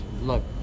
look